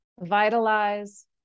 vitalize